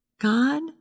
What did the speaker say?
God